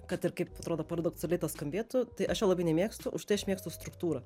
kad ir kaip atrodo paradoksaliai skambėtų tai aš jo labai nemėgstu aš mėgstu struktūrą